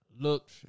Look